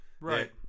right